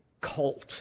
cult